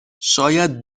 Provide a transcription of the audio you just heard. شاید